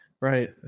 Right